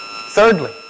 Thirdly